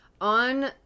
on